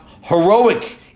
heroic